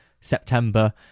September